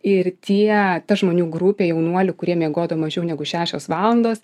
ir tie ta žmonių grupė jaunuolių kurie miegodavo mažiau negu šešios valandos